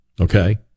Okay